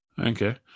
Okay